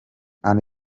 and